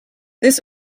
this